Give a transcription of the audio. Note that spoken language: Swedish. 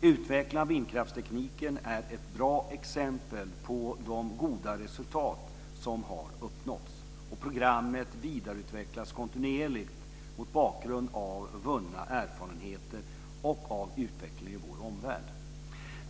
Utvecklingen av vindkraftstekniken är ett bra exempel på de goda resultat som har uppnåtts. Programmet vidareutvecklas kontinuerligt mot bakgrund av vunna erfarenheter och av utvecklingen i vår omvärld.